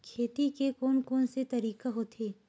खेती के कोन कोन से तरीका होथे?